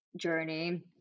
journey